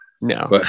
No